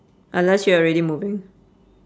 unless you're already moving